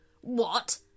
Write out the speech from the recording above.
What